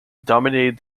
dominated